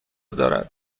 دارد